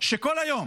שכל היום